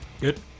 Good